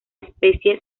especie